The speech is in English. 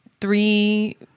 three